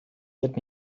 get